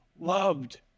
Loved